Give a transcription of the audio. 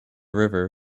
river